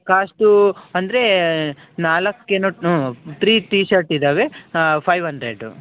ಕಾಸ್ಟೂ ಅಂದ್ರೆ ನಾಲ್ಕು ಏನೋ ಹ್ಞೂ ತ್ರೀ ಟೀ ಶರ್ಟ್ ಇದ್ದಾವೆ ಫೈವ್ ಹಂಡ್ರೆಡು